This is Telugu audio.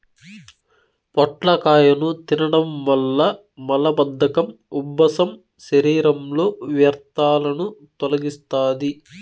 పొట్లకాయను తినడం వల్ల మలబద్ధకం, ఉబ్బసం, శరీరంలో వ్యర్థాలను తొలగిస్తాది